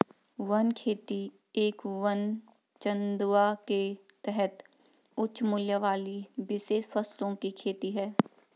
one खेती एक वन चंदवा के तहत उच्च मूल्य वाली विशेष फसलों की खेती है